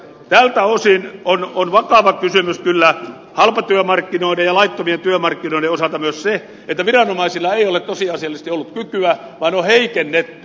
tältä osin on kyllä vakava kysymys halpatyömarkkinoiden ja laittomien työmarkkinoiden osalta myös se että viranomaisilla ei ole tosiasiallisesti ollut kykyä vaan viranomaisia on heikennetty